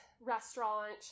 restaurant